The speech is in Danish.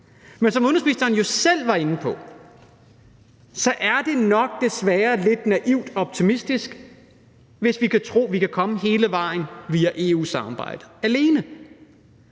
Men som udenrigsministeren jo selv var inde på, er det desværre nok lidt naivt og optimistisk, hvis vi tror, vi kan komme hele vejen alene via EU-samarbejde.